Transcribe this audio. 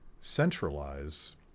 centralize